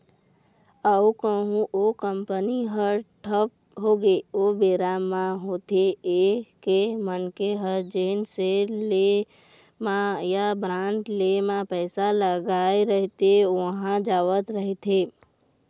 अउ कहूँ ओ कंपनी ह ठप होगे ओ बेरा म होथे ये के मनखे ह जेन सेयर ले म या बांड ले म पइसा लगाय रहिथे ओहा जावत रहिथे